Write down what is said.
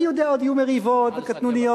אני יודע, עוד יהיו מריבות וקטנוניות.